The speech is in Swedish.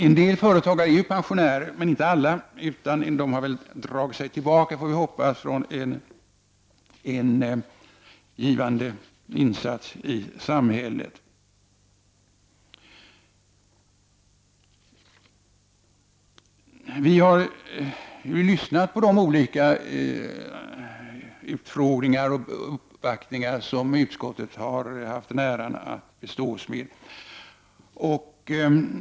En del pensionärer är företagare, men de flesta har väl dragit sig tillbaka från en förhoppningsvis givande insats i samhället. Vi har lyssnat vid olika utfrågningar och på de uppvaktningar som utskottet haft den äran att bestås med.